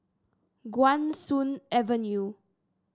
Guan Soon Avenue